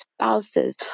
spouses